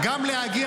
תפסיק לבלבל.